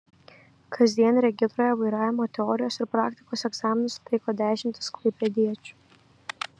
kasdien regitroje vairavimo teorijos ir praktikos egzaminus laiko dešimtys klaipėdiečių